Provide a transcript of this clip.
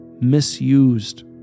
misused